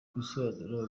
gusobanura